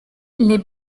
les